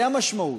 זאת המשמעות.